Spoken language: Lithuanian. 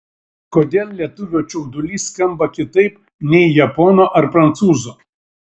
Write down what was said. kodėl lietuvio čiaudulys skamba kitaip nei japono ar prancūzo